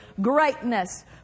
greatness